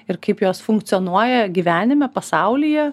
ir kaip jos funkcionuoja gyvenime pasaulyje